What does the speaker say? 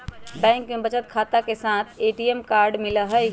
bank में बचत खाता के साथ ए.टी.एम कार्ड मिला हई